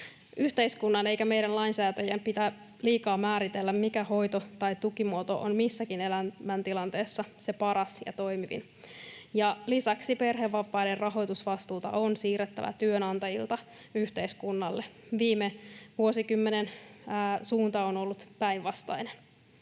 Yhteiskunnan ja meidän lainsäätäjien ei pidä liikaa määritellä, mikä hoito- tai tukimuoto on missäkin elämäntilanteessa se paras ja toimivin, ja lisäksi perhevapaiden rahoitusvastuuta on siirrettävä työnantajilta yhteiskunnalle. Viime vuosikymmenen suunta on ollut päinvastainen.